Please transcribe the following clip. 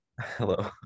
hello